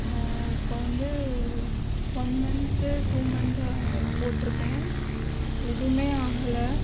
இப்போது வந்து one month two month போட்டுருப்பேன் எதுவுமே ஆகலை